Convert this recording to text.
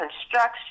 construction